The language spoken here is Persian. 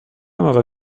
موقع